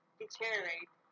deteriorate